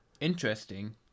interesting